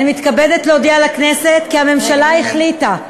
אני מתכבדת להודיע לכנסת כי הממשלה החליטה,